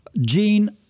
gene